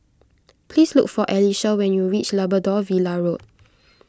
please look for Alyssia when you reach Labrador Villa Road